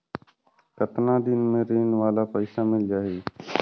कतना दिन मे ऋण वाला पइसा मिल जाहि?